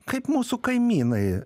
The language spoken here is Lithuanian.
kaip mūsų kaimynai